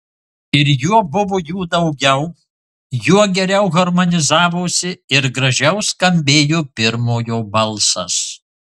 ir juo buvo jų daugiau juo geriau harmonizavosi ir gražiau skambėjo pirmojo balsas